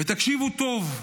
ותקשיבו טוב,